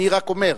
אני רק אומר,